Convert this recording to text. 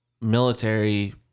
military